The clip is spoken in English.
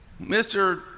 Mr